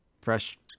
fresh